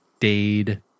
Dade